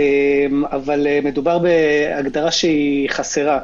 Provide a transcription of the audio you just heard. אבל מדובר בהגדרה שהיא חסרה.